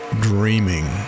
Dreaming